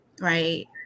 right